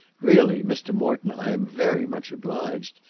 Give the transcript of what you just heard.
really, mr. morton, i am very much obliged.